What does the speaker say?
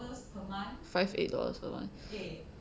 five eight dollars per month